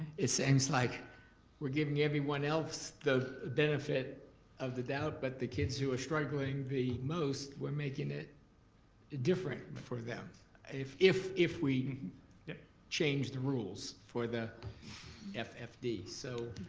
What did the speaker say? it seems like we're giving everyone else the benefit of the doubt, but the kids who are struggling the most, we're making it different for them if if we yeah change the rules for the f f d. so